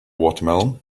watermelon